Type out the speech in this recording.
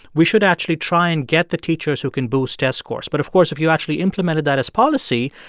we should actually try and get the teachers who can boost test scores. but, of course, if you actually implemented that as policy,